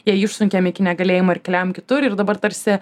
ją išsunkiam iki negalėjimo ir keliaujam kitur ir dabar tarsi